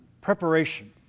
preparation